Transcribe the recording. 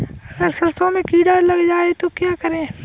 अगर सरसों में कीड़ा लग जाए तो क्या करें?